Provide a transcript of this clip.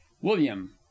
william